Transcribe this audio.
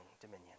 dominion